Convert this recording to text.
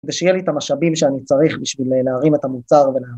כדי שיהיה לי את המשאבים שאני צריך בשביל להרים את המוצר